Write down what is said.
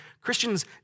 Christians